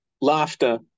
Laughter